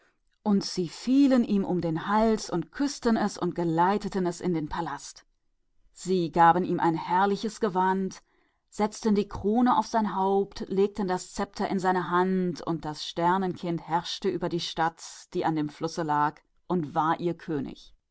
und sie fielen ihm um den hals und küßten es und führten es in den palast und kleideten es in schöne gewänder und setzten ihm die krone aufs haupt und legten das zepter in seine hand und es regierte über die stadt an dem strome und war ihr